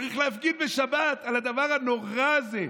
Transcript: צריך להפגין בשבת על הדבר הנורא הזה,